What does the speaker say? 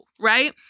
right